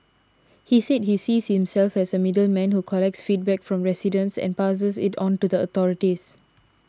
he said he sees himself as a middleman who collects feedback from residents and passes it on to the authorities